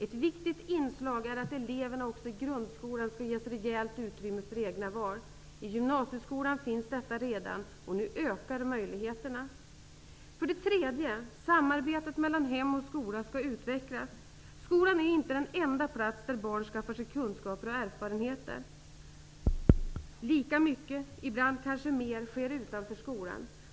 Ett viktigt inslag är att eleverna också i grundskolan skall ges rejält utrymme för egna val. I gymnasiskolan finns denna möjlighet redan, och nu ökar möjligheterna. För det tredje: Samarbetet mellan hem och skola skall utvecklas. Skolan är inte den enda plats där barn skaffar sig kunskaper och erfarenheter. Lika mycket -- ibland kanske mer -- sker utanför skolan.